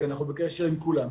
אנחנו בקשר עם כולם.